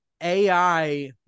AI